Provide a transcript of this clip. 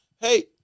hey